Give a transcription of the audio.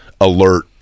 alert